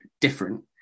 different